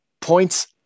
points